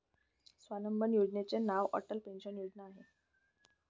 स्वावलंबन योजनेचे नाव अटल पेन्शन योजना आहे